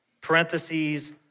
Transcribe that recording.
parentheses